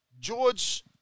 George